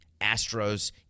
Astros